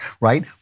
right